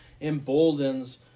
emboldens